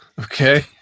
Okay